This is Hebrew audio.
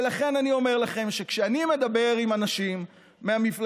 ולכן אני אומר לכם שכשאני מדבר עם אנשים מהמפלגות,